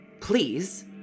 please